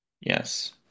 Yes